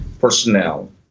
personnel